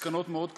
מסקנות מאוד קשות.